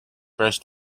first